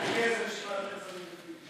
צביקה האוזר ויועז הנדל פעם הפגינו ערכים,